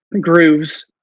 grooves